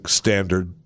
standard